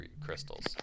crystals